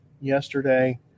yesterday